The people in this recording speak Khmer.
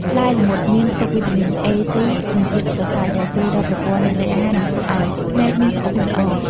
ផ្លែល្មុតមានផ្ទុកវីតាមីន A, C និងជាតិសរសៃ ដែលជួយដល់ប្រព័ន្ធរំលាយអាហារ និងធ្វើឲ្យភ្នែកមានសុខភាពល្អ។